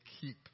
keep